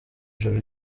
ijoro